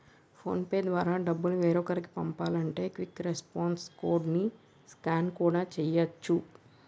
phone pay ద్వారా డబ్బులు వేరొకరికి పంపాలంటే క్విక్ రెస్పాన్స్ కోడ్ ని స్కాన్ కూడా చేయచ్చు